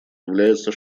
является